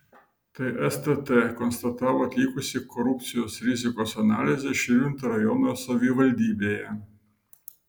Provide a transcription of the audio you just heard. tai stt konstatavo atlikusi korupcijos rizikos analizę širvintų rajono savivaldybėje